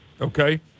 okay